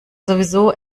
sowieso